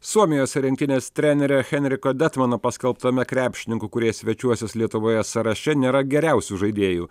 suomijos rinktinės trenerio henriko detmono paskelbtame krepšininkų kurie svečiuosis lietuvoje sąraše nėra geriausių žaidėjų